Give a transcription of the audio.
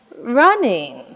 Running